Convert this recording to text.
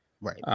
Right